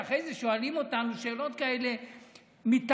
שאחרי זה שואלים אותנו שאלות כאלה מיתממות,